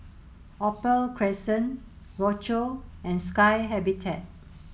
Opal Crescent Rochor and Sky Habitat